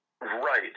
Right